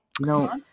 No